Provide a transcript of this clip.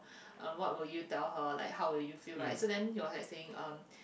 um what will you tell her like how will you feel right so then he was like saying um